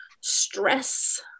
stress